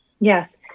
Yes